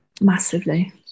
Massively